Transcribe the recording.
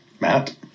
Matt